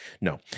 No